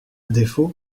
défaut